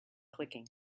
clicking